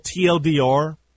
TLDR